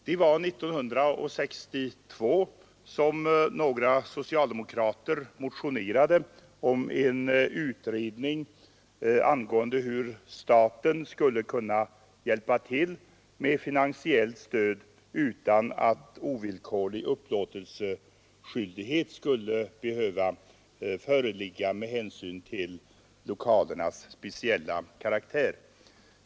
Det var 1962 som några socialdemokrater motionerade om en utredning rörande hur staten skulle kunna hjälpa till med finansiellt stöd utan att ovillkorlig upplåtelseskyldighet skulle behöva föreligga med hänsyn till lokalernas speciella karaktär.